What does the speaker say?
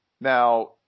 Now